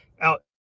out